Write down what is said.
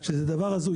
זה הזוי.